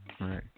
Right